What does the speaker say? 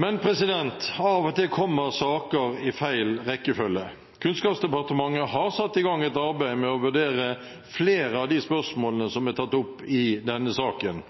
Av og til kommer saker i feil rekkefølge. Kunnskapsdepartementet har satt i gang et arbeid med å vurdere flere av de spørsmålene som er tatt opp i denne saken.